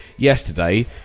Yesterday